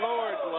Lord